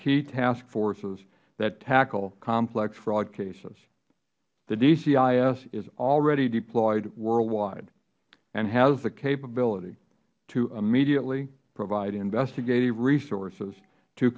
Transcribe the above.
key task forces that tackle complex fraud cases the dcis is already deployed worldwide and has the capability to immediately provide investigative resources to